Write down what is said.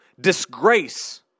Disgrace